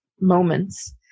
moments